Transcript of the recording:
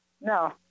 No